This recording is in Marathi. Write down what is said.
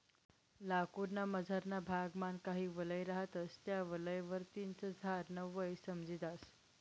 लाकूड ना मझारना भाग मान काही वलय रहातस त्या वलय वरतीन च झाड न वय समजी जास